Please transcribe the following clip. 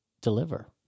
deliver